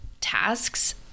tasks